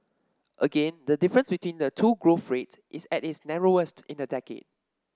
again the difference between the two growth rates is at its narrowest in a decade